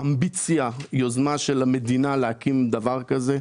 אמביציה, בכזאת יוזמה של המדינה להקים דבר כזה.